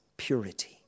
purity